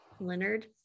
Leonard